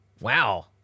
Wow